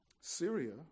Syria